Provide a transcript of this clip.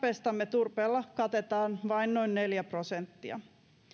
turpeella katetaan vain noin neljä prosenttia